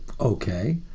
okay